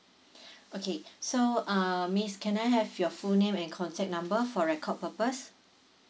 okay so uh miss can I have your full name and contact number for record purpose